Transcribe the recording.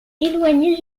éloignée